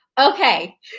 okay